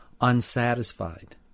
unsatisfied